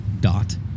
dot